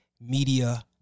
media